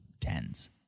tens